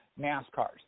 NASCARs